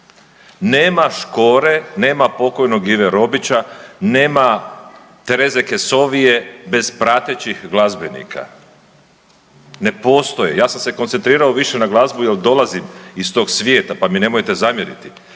Nema Škore, nema pokojnog Ive Robića, nema Tereze Kesovije bez pratećih glazbenika. Ne postoje. Ja sam se koncentrirao više na glazbu jer dolazim iz tog svijeta pa mi nemojte zamjeriti,